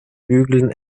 bügeln